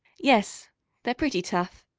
yes they're pretty tough.